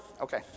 okay